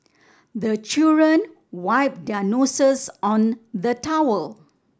the children wipe their noses on the towel